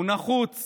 הוא נחוץ